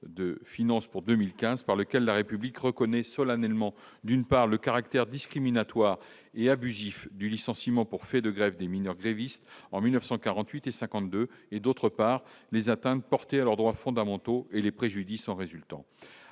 de finances pour 2015 par lequel la République reconnaît solennellement : d'une part le caractère discriminatoire et abusif du licenciement pour fait de grève des mineurs grévistes en 1948 et 52 et d'autre part, les atteintes portées à leurs droits fondamentaux et les préjudice en résultant,